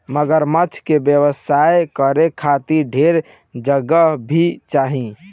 मगरमच्छ के व्यवसाय करे खातिर ढेर जगह भी चाही